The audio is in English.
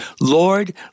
Lord